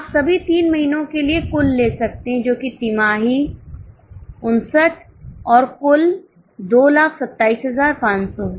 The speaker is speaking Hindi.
आप सभी 3 महीनों के लिए कुल ले सकते हैं जो कि तिमाही 59 और कुल 227500 है